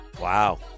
Wow